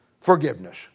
Forgiveness